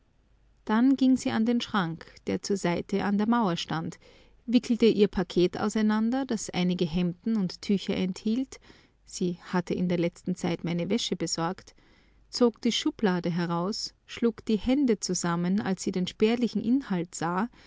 dann ging sie an den schrank der zur seite an der mauer stand wickelte ihr paket auseinander das einige hemden und tücher enthielt sie hatte in der letzten zeit meine wäsche besorgt zog die schublade heraus schlug die hände zusammen als sie den spärlichen inhalt sah